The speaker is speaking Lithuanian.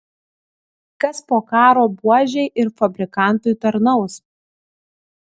kas po karo buožei ir fabrikantui tarnaus